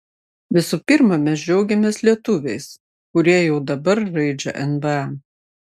visų pirma mes džiaugiamės lietuviais kurie jau dabar žaidžia nba